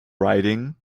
riding